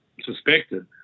suspected